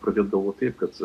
pradėt galvot taip kad